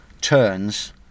turns